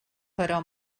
però